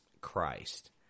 Christ